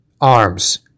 arms